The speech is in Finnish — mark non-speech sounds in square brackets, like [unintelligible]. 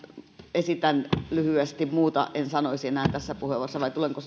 esitän lyhyesti muuta en sanoisi enää tässä puheenvuorossa vai tulenko [unintelligible]